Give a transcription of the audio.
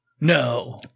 No